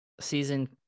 season